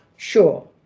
Sure